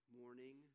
morning